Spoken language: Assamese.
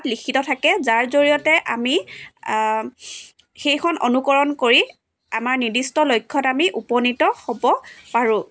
তাত লিখিত থাকে যাৰ জৰিয়তে আমি সেইখন অনুকৰণ কৰি আমাৰ নিৰ্দিষ্ট লক্ষ্যত আমি উপনীত হ'ব পাৰোঁ